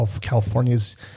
California's